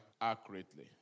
accurately